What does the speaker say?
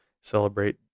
celebrate